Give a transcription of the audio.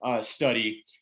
study